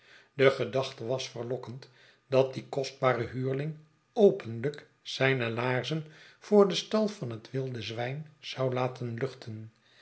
de gedachte was verlokkend dat die kostba're huurling openlijk zijne laarzen voor den stal van het wilde zwijn zou laten luchten